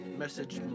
Message